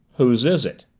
whose is it?